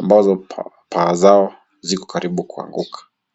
ambazo paa zao ziko karibu kuanguka.